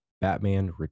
Batman